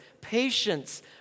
patience